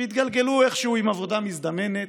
והתגלגלו איכשהו עם עבודה מזדמנת,